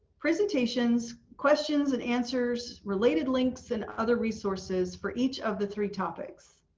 presentations, questions and answers, related links and other resources for each of the three topics.